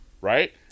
right